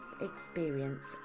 experience